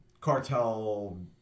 Cartel